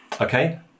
Okay